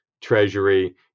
treasury